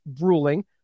ruling